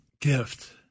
gift